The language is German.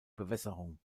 bewässerung